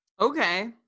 Okay